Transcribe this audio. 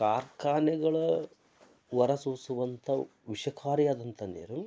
ಕಾರ್ಖಾನೆಗಳು ಹೊರಸೂಸುವಂಥ ವಿಷಕಾರಿಯಾದಂಥ ನೀರು